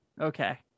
Okay